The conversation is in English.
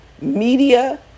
media